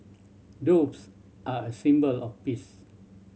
doves are a symbol of peace